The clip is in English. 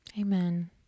Amen